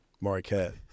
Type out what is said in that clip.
Marquette